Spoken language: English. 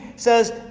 says